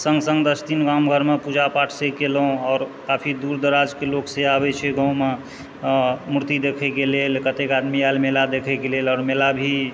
सङ्ग सङ्ग दश दिन गाम घरमे पूजा पाठ से केलहुँ आओर काफी दूर दराजके लोक सेहो आबैत छै गाँवमे मूर्ति देखयके लेल कतेक आदमी आयल मेला देखेके लेल आओर मेला भी